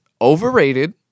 overrated